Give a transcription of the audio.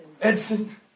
Edson